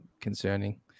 concerning